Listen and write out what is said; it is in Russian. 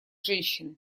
женщины